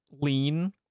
lean